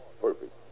perfect